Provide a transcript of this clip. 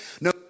no